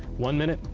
one minute,